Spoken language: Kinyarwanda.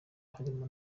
harimo